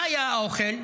מה היה האוכל?